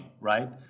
right